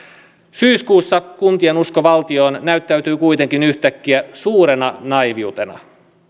syyskuussa kuntien usko valtioon näyttäytyi kuitenkin yhtäkkiä suurena naiiviutena